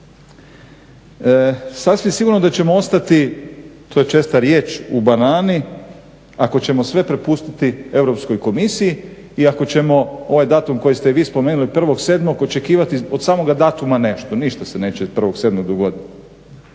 Sasvim sigurno da ćemo ostati, to je česta riječ, u banani ako ćemo sve prepustiti Europskoj komisiji i ako ćemo ovaj datum koji ste vi spomenuli 1.07. očekivati od samoga datuma nešto. Ništa se neće 1.07. dogoditi.